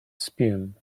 spume